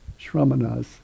shramanas